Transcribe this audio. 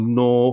no